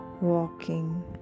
walking